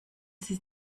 sie